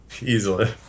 Easily